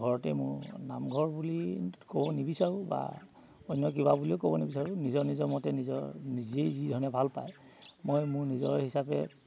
ঘৰতে মোৰ নামঘৰ বুলি ক'ব নিবিচাৰোঁ বা অন্য কিবা বুলিয়ে ক'ব নিবিচাৰোঁ নিজৰ নিজৰ মতে নিজৰ নিজেই যিধৰণে ভাল পায় মই মোৰ নিজৰ হিচাপে